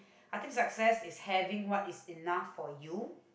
I think success is having what is enough for you